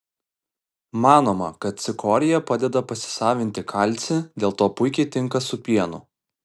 manoma kad cikorija padeda pasisavinti kalcį dėl to puikiai tinka su pienu